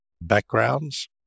backgrounds